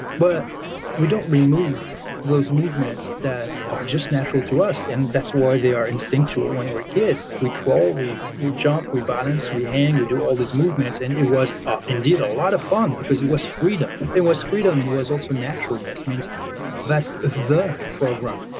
but we don't remove those movements that are just natural to us. and that's why they are instinctual when we're kids, we crawl, we we jump, we balance, we hang, we do all these movements. and it was ah indeed a lot of fun because it was freedom. it was freedom and it was also naturalness, means that the program.